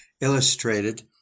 Illustrated